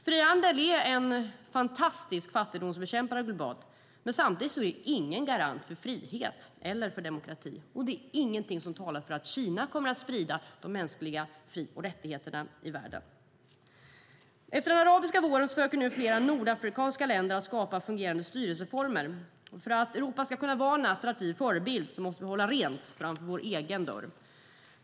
Frihandel är en fantastisk fattigdomsbekämpare globalt, men samtidigt är det ingen garant för frihet eller demokrati. Ingenting talar för att Kina kommer att sprida de mänskliga fri och rättigheterna i världen. Efter den arabiska våren försöker nu flera nordafrikanska länder skapa fungerande styrelseformer. För att Europa ska kunna vara en attraktiv förebild måste vi hålla rent framför vår egen dörr.